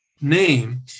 name